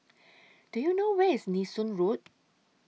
Do YOU know Where IS Nee Soon Road